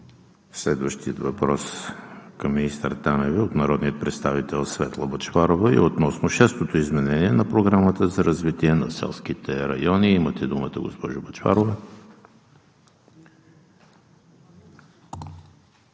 Следващият въпрос към министър Танева е от народния представител Светла Бъчварова относно шестото изменение на Програмата за развитие на селските райони 2014 – 2020 г. Имате думата, госпожо Бъчварова.